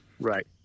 right